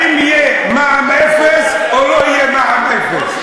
האם יהיה מע"מ אפס או לא יהיה מע"מ אפס,